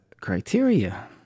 criteria